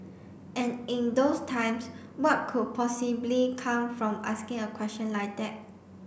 and in those times what could possibly come from asking a question like that